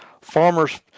Farmer's